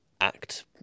act